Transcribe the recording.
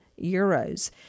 euros